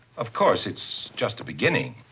of course, it's just a beginning,